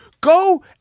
go